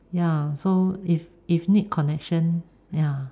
ya so if if need connection ya